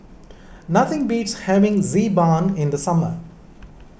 nothing beats having Xi Ban in the summer